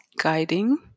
guiding